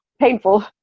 painful